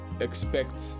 expect